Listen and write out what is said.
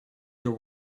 your